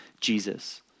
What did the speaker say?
Jesus